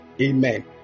Amen